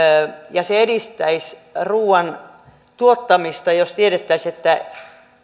se edistäisi ruoan tuottamista jos tiedettäisiin että